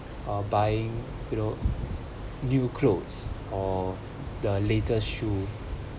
uh buying you know new clothes or the latest shoe